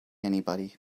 anybody